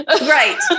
Right